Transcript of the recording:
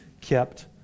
kept